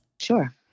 Sure